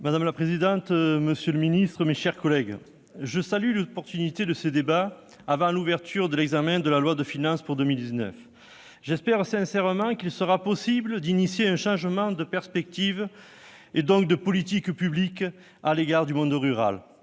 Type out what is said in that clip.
Madame la présidente, monsieur le ministre, mes chers collègues, je salue l'opportunité de ce débat, avant l'ouverture de l'examen du projet de loi de finances pour 2019. J'espère sincèrement qu'il sera possible d'adopter un changement de perspective et donc de politique publique à l'égard du monde rural.